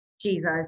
Jesus